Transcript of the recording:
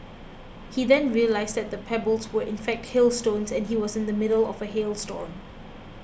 he then realised that the pebbles were in fact hailstones and he was in the middle of a hail storm